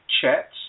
Chats